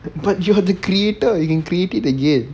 but you are the creator you can create it again